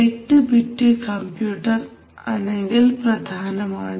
8 bit computer ആണെങ്കിൽ പ്രധാനമാണ്